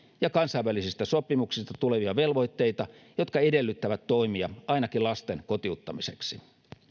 ja kansainvälisistä sopimuksista tulevia velvoitteita jotka edellyttävät toimia ainakin lasten kotiuttamiseksi